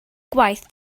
gwaith